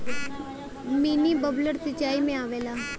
mini bubbler सिचाई में आवेला